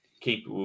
keep